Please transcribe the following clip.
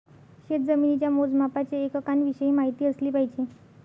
शेतजमिनीच्या मोजमापाच्या एककांविषयी माहिती असली पाहिजे